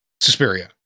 Suspiria